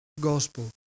gospel